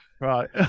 right